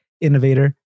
innovator